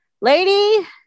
Lady